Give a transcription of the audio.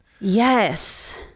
Yes